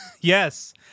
Yes